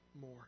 more